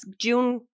June